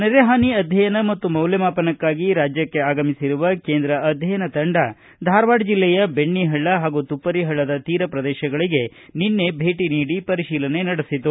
ನೆರೆ ಹಾನಿ ಅಧ್ಯಯನ ಮತ್ತು ಮೌಲ್ಯಮಾಪನಕ್ಕಾಗಿ ರಾಜ್ಯಕ್ಷೆ ಆಗಮಿಸಿರುವ ಕೇಂದ್ರ ಅಧ್ಯಯನ ತಂಡ ಧಾರವಾಡ ಜಿಲ್ಲೆಯ ಬೆಣ್ಣೆಹಳ್ಳ ಹಾಗೂ ತುಪ್ಪರಿ ಹಳ್ಳದ ತೀರ ಪ್ರದೇಶಗಳಿಗೆ ಭೇಟಿ ಪರಿತೀಲನೆ ನಡೆಸಿತು